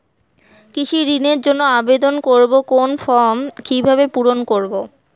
কৃষি ঋণের জন্য আবেদন করব কোন ফর্ম কিভাবে পূরণ করব?